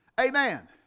amen